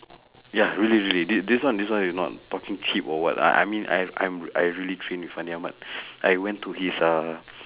ya really really this this one this one is not talking cheap or what ah I mean I'm I'm I really train with fandi-ahmad I went to his uh